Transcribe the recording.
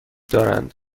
دارند